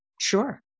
Sure